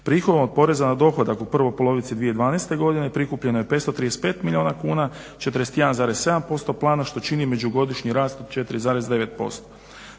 Prihodom od poreza na dohodak u prvoj polovici 2012.godine prikupljeno je 535 milijuna kuna, 41,7% plana što čini međugodišnji rast od 4,9%.